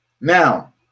Now